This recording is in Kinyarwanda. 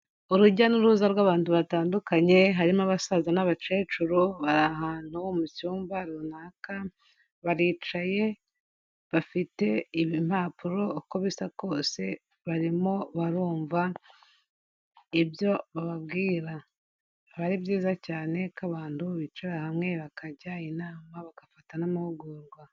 Urujya n'uruza rw'abantu batandukanye, harimo abasaza n'abakecuru, bari ahantu, mu cyumba runaka, baricaye, bafite impapuro uko bisa kose, barimo barumva ibyo bababwira. Biba ari byiza cyane, ko abantu bicara hamwe, bakajya inama, bagafata n'amahugurwa.